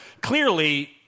clearly